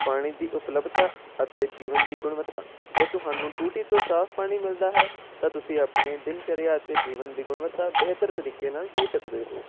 ਪਾਣੀ ਦੀ ਉਪਲੱਬਧਤਾ ਅਤੇ ਜੀਵਨ ਦੀ ਗੁਣਵੱਤਾ ਜੇ ਤੁਹਾਨੂੰ ਟੂਟੀ ਤੋਂ ਸਾਫ਼ ਪਾਣੀ ਮਿਲਦਾ ਹੈ ਤਾਂ ਤੁਸੀਂ ਆਪਣੇ ਦਿਨ ਚਰਿਆ ਅਤੇ ਜੀਵਨ ਦੀ ਗੁਣਵੱਤਾ ਬਿਹਤਰ ਤਰੀਕੇ ਨਾਲ ਜੀ ਸਕਦੇ ਹੋ